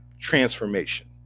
transformation